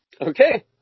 Okay